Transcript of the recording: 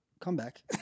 comeback